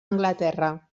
anglaterra